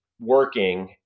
working